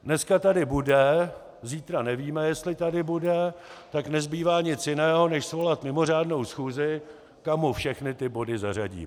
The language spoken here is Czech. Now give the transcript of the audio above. Dneska tady bude, zítra nevíme, jestli tady bude, tak nezbývá nic jiného než svolat mimořádnou schůzi, kam mu všechny ty body zařadíme.